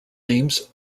names